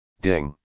Ding